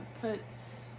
puts